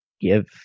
give